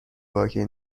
واقعی